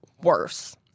Worse